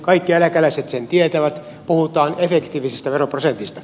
kaikki eläkeläiset sen tietävät puhutaan efektiivisestä veroprosentista